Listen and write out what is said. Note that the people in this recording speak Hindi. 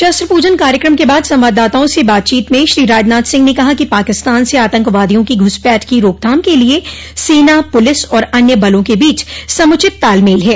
शस्त्र पूजन कार्यक्रम के बाद संवाददाताओं से बातचीत में श्री राजनाथ सिंह ने कहा कि पाकिस्तान से आतंकवादियों की घुसपैठ की रोकथाम के लिए सेना पुलिस और अन्य बलों क बीच समुचित तालमेल है